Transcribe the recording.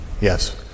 Yes